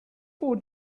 four